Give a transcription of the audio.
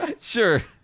Sure